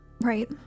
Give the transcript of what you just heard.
Right